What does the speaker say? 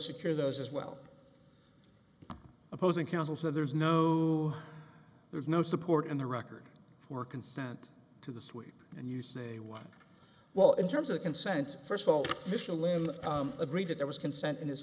secure those as well opposing counsel so there's no you there's no support in the record for consent to the sweep and you say one well in terms of consent first of all michelin agreed that there was consent in his